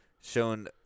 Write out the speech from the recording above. Shown